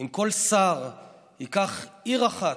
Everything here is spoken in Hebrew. אם כל שר ייקח עיר אחת,